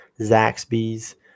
Zaxby's